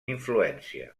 influència